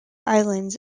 islands